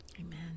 Amen